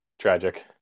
tragic